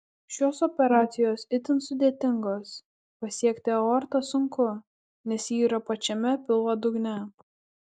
šios operacijos itin sudėtingos pasiekti aortą sunku nes ji yra pačiame pilvo dugne